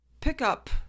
pickup